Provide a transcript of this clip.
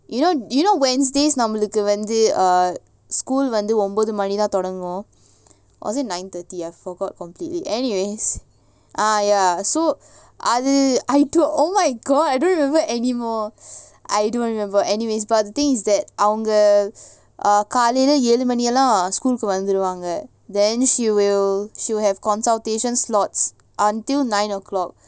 you know wednesdays நம்மளுக்குவந்து:nammaluku vandhu err school வந்துஒன்பதுமணிக்குத்தான்தொடங்கும்:vandhu onbathu manikuthan thodangum or is it nine thirty I forgot completely anyways ah ya அது:adhu oh my god I don't remember anymore I don't remember anyways the thing is that காலைலஏழுமணிக்கெல்லாம்:kalaila elu manikellam school வந்துடுவாங்க:vandhuduvanga then she will she will have consultation slots until nine o'clock